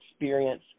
experience